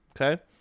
Okay